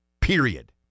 period